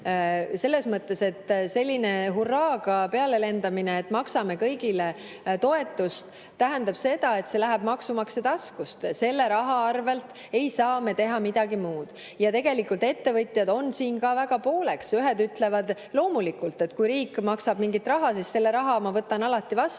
lahendusi. Selline hurraaga pealelendamine, et maksame kõigile toetust, tähendab seda, et see läheb maksumaksja taskust, selle raha eest ei saa me teha midagi muud. Tegelikult ettevõtjate [arvamused jagunevad] siin ka pooleks. Ühed ütlevad, et loomulikult, kui riik maksab mingit raha, siis selle raha ma võtan alati vastu.